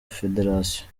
federation